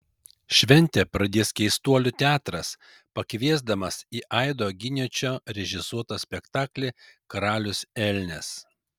šventę pradės keistuolių teatras pakviesdamas į aido giniočio režisuotą spektaklį karalius elnias